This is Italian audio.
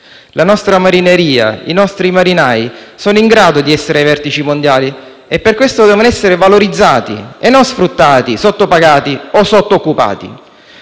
La nostra marineria e i nostri marinai sono in grado di essere ai vertici mondiali e per questo devono essere valorizzati e non sfruttati, sottopagati o sottoccupati.